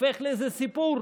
הופך לאיזה סיפור.